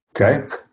Okay